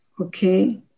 Okay